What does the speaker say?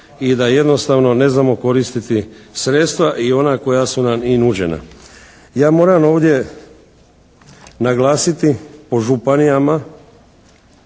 i da jednostavno ne znamo koristiti sredstva i ona koja su nam i nuđena. Ja moram ovdje naglasiti po županijama,